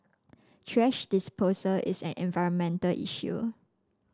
thrash disposal is an environmental issue